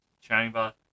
Chamber